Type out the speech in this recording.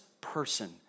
person